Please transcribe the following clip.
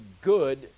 good